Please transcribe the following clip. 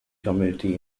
community